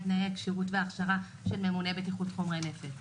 תנאי הכשירות וההכשרה של ממונה בטיחות חומרי נפץ.